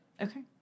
Okay